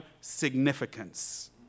significance